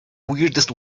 weirdest